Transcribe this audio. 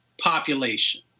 population